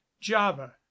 java